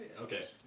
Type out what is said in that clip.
Okay